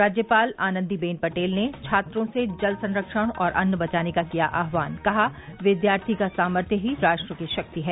राज्यपाल आनन्दीबेन पटेल ने छात्रों से जल संरक्षण और अन्न बचाने का किया आहवान कहा विद्यार्थी का सामर्थ्य ही राष्ट्र की शक्ति है